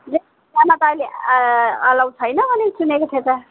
जान त अहिले एलाउ छैन भनेको सुनेको थिएँ त